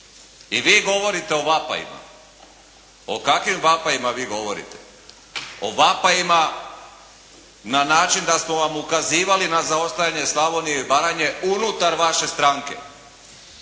I vi govorite o vapajima. O kakvim vapajima vi govorite? O vapajima na način da smo vam ukazivali na zaostajanje Slavonije i Baranje unutar vaše stranke,